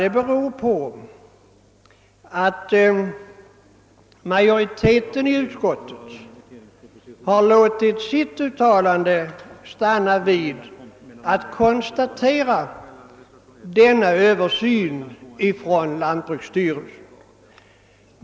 Det beror på att majoriteten i utskottet i sitt uttalande stannat vid att konstatera förekomsten av en Översyn från lantbruksstyrelsen.